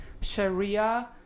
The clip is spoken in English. Sharia